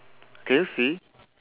can you see